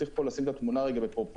צריך פה לשים את התמונה בפרופורציה.